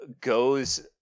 goes